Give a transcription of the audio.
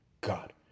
God